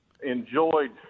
enjoyed